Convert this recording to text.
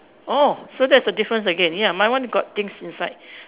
oh so that's the difference again ya my one got things inside